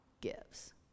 gives